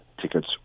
Tickets